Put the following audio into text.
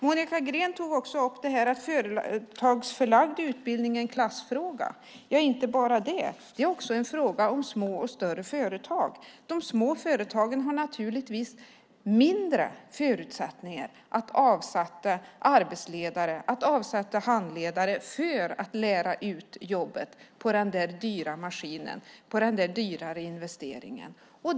Monica Green tog också upp att företagsförlagd utbildning är en klassfråga. Det är inte bara fråga om det. Det är också en fråga om små och större företag. De små företagen har naturligtvis mindre förutsättningar att avsätta arbetsledare och handledare för att lära ut jobbet på den dyra maskinen eller den dyrare investeringen.